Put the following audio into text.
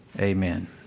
amen